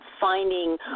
finding